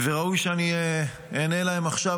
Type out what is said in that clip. וראוי שאני אענה להם עכשיו,